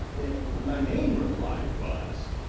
my main reply was,